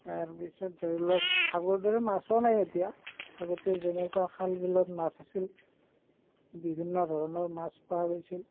তাৰপিছত ধৰি লওক আগৰ দৰে মাছো নাই এতিয়া আগতে যেনেকুৱা খাল বিলত মাছ আছিল বিভিন্ন ধৰণৰ মাছ পোৱা গৈছিল